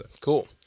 Cool